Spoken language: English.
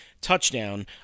touchdown